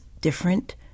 different